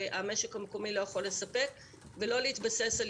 הם מקיימים את עצמם ואת משפחותיהם